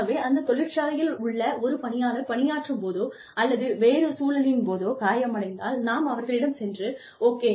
ஆகவே அந்த தொழிற்சாலையில் உள்ள ஒரு பணியாளர் பணியாற்றும்போதோ அல்லது வேறு சூழலின்போதோ காயமடைந்தால் நாம் அவர்களிடம் சென்று ஓகே